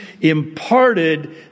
imparted